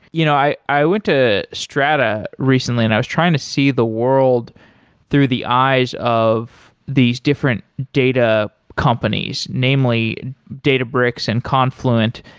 you know i i went to strata recently and i was trying to see the world through the eyes of these different data companies, namely databricks and confluent,